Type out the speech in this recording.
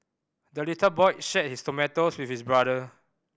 the little boy shared his tomato with his brother